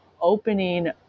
opening